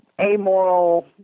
Amoral